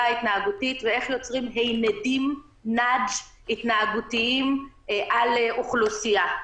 ההתנהגותית ואיך יוצרים "הינדים" (nudges) התנהגותיים על אוכלוסייה.